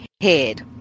head